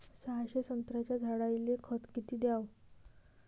सहाशे संत्र्याच्या झाडायले खत किती घ्याव?